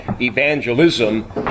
Evangelism